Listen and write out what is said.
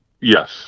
yes